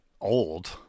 old